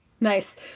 Nice